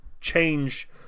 change